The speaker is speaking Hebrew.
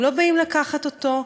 אם לא באים לקחת אותו,